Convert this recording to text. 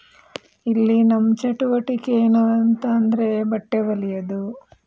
ಇಲ್ಲಿ ನಮ್ಮ ಚಟುವಟಿಕೆ ಏನು ಅಂತ ಅಂದರೆ ಬಟ್ಟೆ ಹೊಲಿಯೋದು